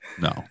no